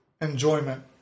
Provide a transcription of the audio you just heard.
enjoyment